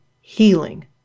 healing